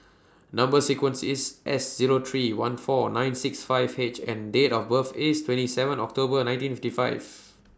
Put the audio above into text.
Number sequence IS S Zero three one four nine six five H and Date of birth IS twenty seven October nineteen fifty five